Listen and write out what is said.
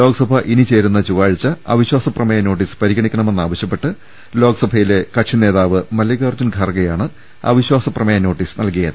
ലോക്സഭ ഇനി ചേരുന്ന ചൊവ്വാഴ്ച അവിശ്വാസപ്രമേയ നോട്ടീസ് പരിഗണിക്കണമെന്ന് ആവശ്യപ്പെട്ട് ലോക്സ ഭയിലെ കക്ഷിനേതാവ് മല്ലികാർജ്ജുൻ ഖാർഗെയാണ് അവിശ്വാസ പ്രമേയ നോട്ടീസ് നൽകിയത്